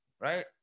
right